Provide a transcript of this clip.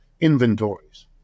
inventories